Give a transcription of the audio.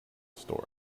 story